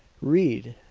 read!